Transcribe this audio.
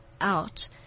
out